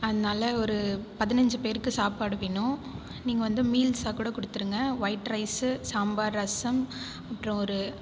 அதனாலே ஒரு பதினஞ்சு பேருக்கு சாப்பாடு வேணும் நீங்கள் வந்து மீல்ஸாக கூடக் கொடுத்துடுங்க ஒயிட் ரைஸ் சாம்பார் ரசம் அப்புறம் ஒரு